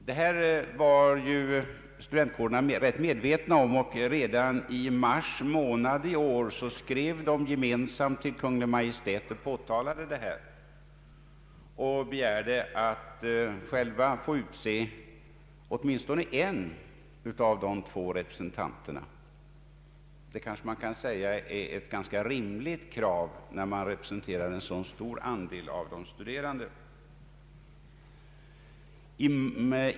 Detta var de två studentkårerna rätt medvetna om, och redan i mars månad i år skrev de gemensamt till Kungl. Maj:t, påtalade förhållandet och begärde att själva få utse åtminstone en av de båda representanterna. Det kanske man kan säga är ett ganska rimligt krav från två studentkårer, som representerar en så stor andel av de tekniskt studerande.